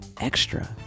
extra